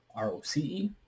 ROCE